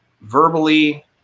verbally